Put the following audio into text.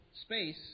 space